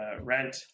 rent